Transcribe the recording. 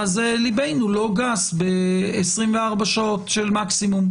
ליבנו לא גס ב-24 שעות של מקסימום.